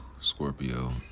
Scorpio